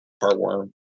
heartworm